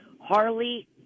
Harley